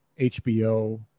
HBO